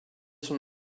son